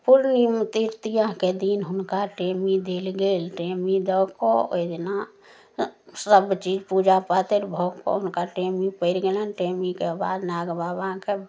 पूर्णिमा त्रृतियाके दिन हुनका टेमी देल गेल टेमी दऽ कऽ ओइ दिना सब चीज पूजा पातरि भऽ कऽ हुनका टेमी पड़ि गेलनि टेमीके बाद नाग बाबाके